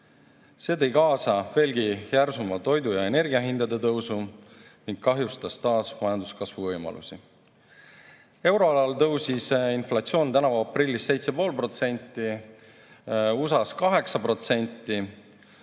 See tõi kaasa veelgi järsuma toidu ja energia hindade tõusu ning kahjustas taas majanduskasvu võimalusi. Euroalal tõusis inflatsioon tänavu aprillis 7,5%, USA-s 8%,